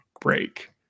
break